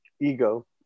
ego